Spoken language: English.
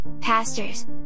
pastors